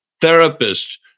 therapist